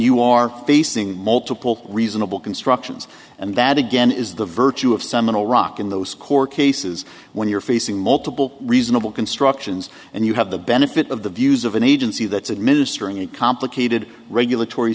you are facing multiple reasonable constructions and that again is the virtue of seminal rock in those court cases when you're facing multiple reasonable constructions and you have the benefit of the views of an agency that's administering a complicated regulatory